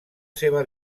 seva